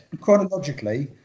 Chronologically